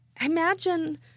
imagine